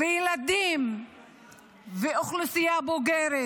ילדים ואוכלוסייה בוגרת,